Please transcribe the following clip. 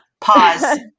Pause